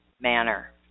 manner